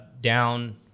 Down